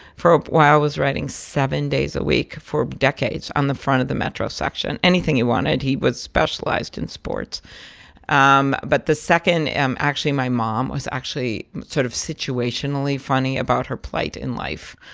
for a while, was writing seven days a week for decades on the front of the metro section anything he wanted. he was specialized in sports um but the second, actually, my mom was actually sort of situationally funny about her plight in life.